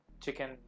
chicken